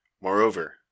moreover